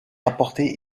rapporté